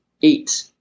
eat